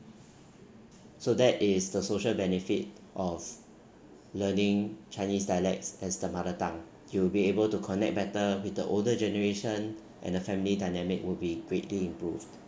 so that is the social benefit of learning chinese dialects as the mother tongue you'll be able to connect better with the older generation and the family dynamic would be greatly improved